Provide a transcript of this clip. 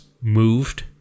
moved